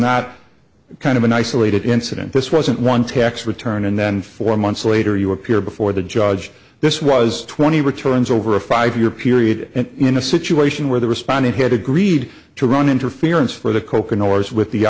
not kind of an isolated incident this wasn't one tax return and then four months later you appear before the judge this was twenty returns over a five year period and in a situation where the respondent had agreed to run interference for the